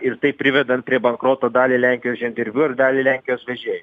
ir taip privedant prie bankroto dalį lenkijos žemdirbių ar dalį lenkijos vežėjų